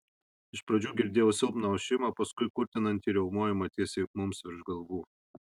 iš pradžių girdėjau silpną ošimą paskui kurtinantį riaumojimą tiesiai mums virš galvų